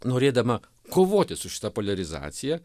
norėdama kovoti su šita poliarizacija